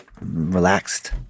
relaxed